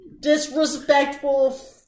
disrespectful